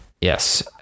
yes